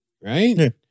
Right